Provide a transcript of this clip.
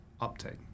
uptake